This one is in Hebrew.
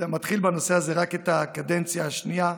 מתחיל רק את הקדנציה השנייה,